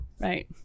Right